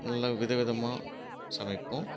நல்லா வித விதமாக சமைப்போம்